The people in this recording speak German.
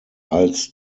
als